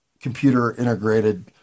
computer-integrated